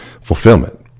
fulfillment